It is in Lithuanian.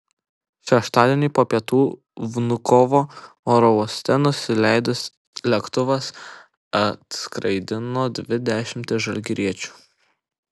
šeštadienį po pietų vnukovo oro uoste nusileidęs lėktuvas atskraidino dvi dešimtis žalgiriečių